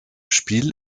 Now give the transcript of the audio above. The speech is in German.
spiel